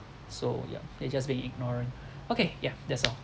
so ya they just being ignorant okay ya that's all